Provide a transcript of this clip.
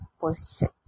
position